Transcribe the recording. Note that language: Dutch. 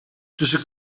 tussen